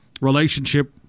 relationship